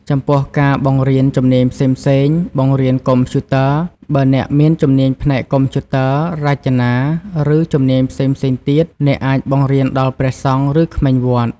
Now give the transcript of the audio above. ចំពោះការបង្រៀនជំនាញផ្សេងៗ (បង្រៀនកុំព្យូទ័រ) បើអ្នកមានជំនាញផ្នែកកុំព្យូទ័រ រចនា រឺជំនាញផ្សេងៗទៀត អ្នកអាចបង្រៀនដល់ព្រះសង្ឃ ឬក្មេងវត្ត។